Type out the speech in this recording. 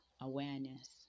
awareness